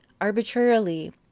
arbitrarily